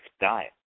diet